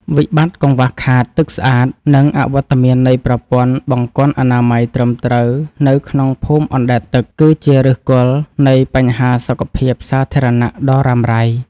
វិបត្តិកង្វះខាតទឹកស្អាត និងអវត្តមាននៃប្រព័ន្ធបង្គន់អនាម័យត្រឹមត្រូវនៅក្នុងភូមិអណ្តែតទឹក គឺជាឫសគល់នៃបញ្ហាសុខភាពសាធារណៈដ៏រ៉ាំរ៉ៃ។